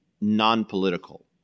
non-political